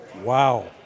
Wow